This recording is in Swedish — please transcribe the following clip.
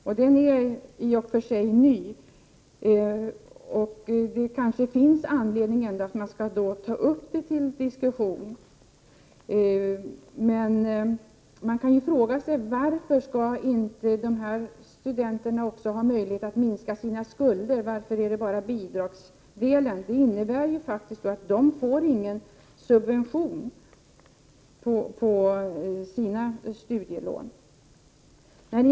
Den frågan är i och för sig ny, och det finns kanske anledning att ta upp detta till diskussion. Men man kan fråga sig varför dessa studenter inte skall ha möjlighet också att minska sina skulder. Varför reduceras bara bidragsdelen? Det innebär faktiskt att de inte får någon subvention på sina studielån.